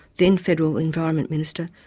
then federal environment minister,